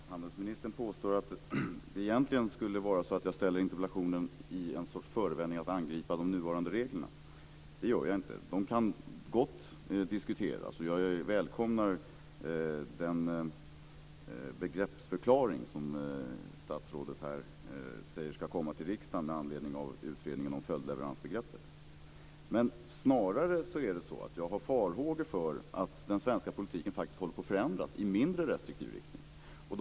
Fru talman! Handelsministern påstår att jag egentligen skulle ha framställt interpellationen som en sorts förevändning att angripa de nuvarande reglerna. Så är det inte. De nuvarande reglerna kan gott diskuteras, och jag välkomnar den begreppsförklaring som statsrådet säger ska komma till riksdagen med anledning av utredningen om följdleveransbegreppet. Snarare är det så att jag har farhågor för att den svenska politiken håller på att förändras i mindre restriktiv riktning.